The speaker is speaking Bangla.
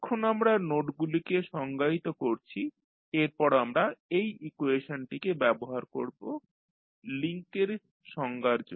এখন আমরা নোডগুলিকে সংজ্ঞায়িত করেছি এরপর আমরা এই ইকুয়েশনটিকে ব্যবহার করব লিংকের সংজ্ঞার জন্য